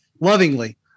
lovingly